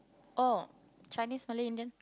oh Chinese Malay Indian